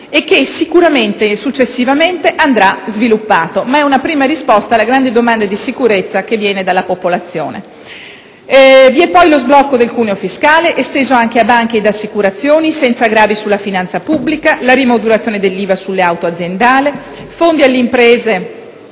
segnale che successivamente andrà sviluppato. Si tratta comunque di una prima parziale risposta alla grande domanda di sicurezza che viene dalla popolazione. Vi è inoltre lo sblocco del cuneo fiscale, esteso anche a banche e assicurazioni, senza aggravi sulla finanza pubblica, la rimodulazione dell'IVA sulle auto aziendali e i fondi alle imprese,